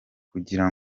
kugira